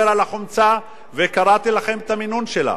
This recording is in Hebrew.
אני לא מדבר על החומצה, וקראתי לכם את המינון שלה.